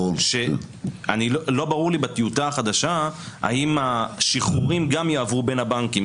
לא ברור לי בטיוטה החדשה האם השחרורים גם יעברו בין הבנקים.